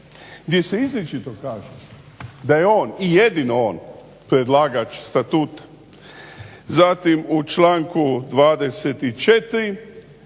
gdje se izričito kaže da je on i jedino on predlagač statuta. Zatim u članku 24.se